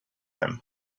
him